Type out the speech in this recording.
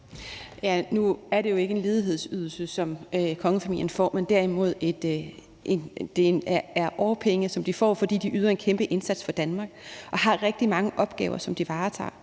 (V): Nu er det jo ikke en ledighedsydelse, som kongefamilien får, men derimod årpenge, som de får, fordi de yder en kæmpe indsats for Danmark og har rigtig mange opgaver, som de varetager.